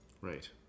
right